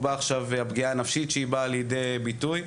הפגיעה הנפשית שהיא באה לידי ביטוי.